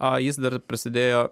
o jis dar prisidėjo